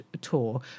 tour